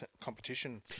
competition